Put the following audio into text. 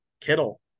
Kittle